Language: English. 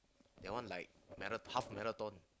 that one like mara~ half marathon